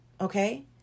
Okay